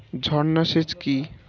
ঝর্না সেচ কি?